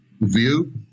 view